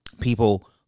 People